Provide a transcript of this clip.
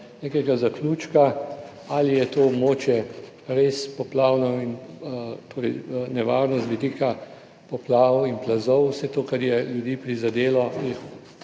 nekega zaključka ali je to območje res poplavno in torej nevarno z vidika poplav in plazov. Vse to, kar je ljudi prizadelo,